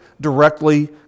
directly